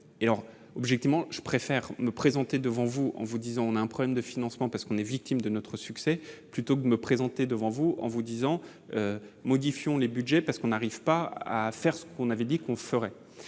et alors, objectivement, je préfère me présenter devant vous en vous disant : on a un problème de financement parce qu'on est victime de notre succès, plutôt que de me présenter devant vous en vous disant modifions les Budgets parce qu'on n'arrive pas à faire ce qu'on avait dit qu'on ferait